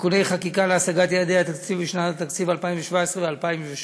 (תיקוני חקיקה להשגת יעדי התקציב לשנות התקציב 2017 ו-2018),